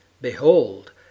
Behold